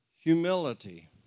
humility